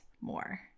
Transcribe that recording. more